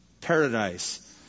paradise